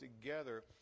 together